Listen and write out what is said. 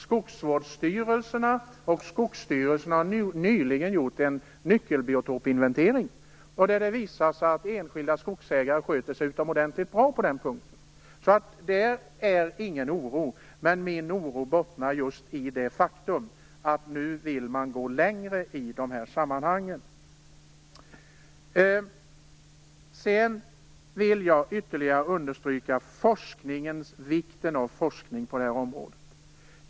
Skogsvårdsstyrelserna och Skogsstyrelsen har nyligen gjort en nyckelbiotopinventering där det visar sig att enskilda skogsägare sköter sig utomordentligt bra på den punkten. Där finns ingen oro. Min oro bottnar just i det faktum att man nu vill gå längre i de här sammanhangen. Jag vill ytterligare understryka vikten av forskning på det här området.